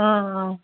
অ অ